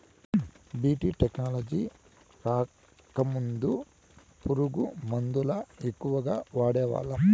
BT technology రాకముందు పురుగు మందుల ఎక్కువగా వాడేవాళ్ళం